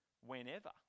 Whenever